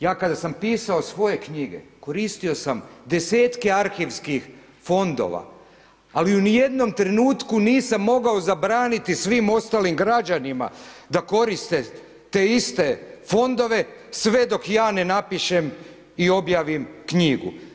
Ja kada sam pisao svoje knjige koristio sam desetke arhivskih fondova, ali u ni jednom trenutku nisam mogao zabraniti svim ostalim građanima da koriste te iste fondove sve dok ja ne napišem i objavim knjigu.